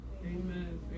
Amen